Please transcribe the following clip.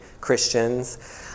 Christians